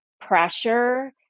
pressure